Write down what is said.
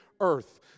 earth